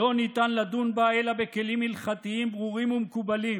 לא ניתן לדון בה אלא בכלים הלכתיים ברורים ומקובלים.